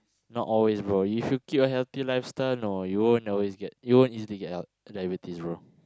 not always bro if you keep your healthy lifestyle no you won't always get you won't easily get diabetes bro